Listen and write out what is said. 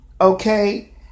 Okay